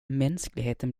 mänskligheten